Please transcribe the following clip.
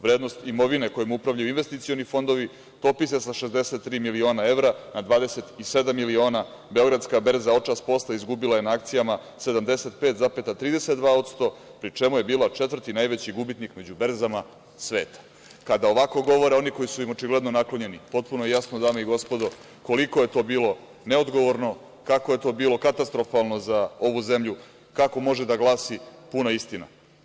Vrednost imovine kojom upravljaju investicioni fondovi topi se sa 63 miliona evra na 27 miliona, beogradska berza očas posla izgubila je na akcijama 75,32%, pri čemu je bila četvrti najveći gubitnik među berzama sveta.“ Kada ovako govore oni koji su im očigledno naklonjeni, potpuno je jasno, dame i gospodo, koliko je to bilo neodgovorno, kako je to bilo katastrofalno za ovu zemlju, kako može da glasi puna istina?